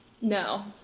No